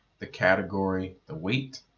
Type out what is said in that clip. the category, the weight,